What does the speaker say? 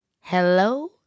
Hello